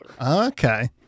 Okay